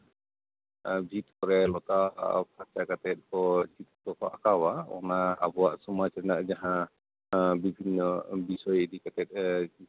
ᱵᱷᱤᱛ ᱠᱚᱨᱮ ᱞᱚᱛᱟ ᱯᱷᱟᱨᱪᱟ ᱠᱟᱛᱮᱫ ᱠᱚ ᱵᱷᱤᱛ ᱠᱚᱠᱚ ᱟᱸᱠᱟᱣᱟ ᱚᱱᱟ ᱟᱵᱚᱣᱟᱜ ᱥᱚᱢᱟᱡ ᱡᱟᱦᱟᱸ ᱵᱤᱵᱷᱤᱱᱱᱚ ᱵᱤᱥᱚᱭ ᱤᱫᱤ ᱠᱟᱛᱮᱫ